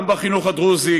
גם בחינוך הדרוזי,